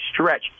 stretch